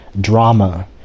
drama